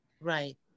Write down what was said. Right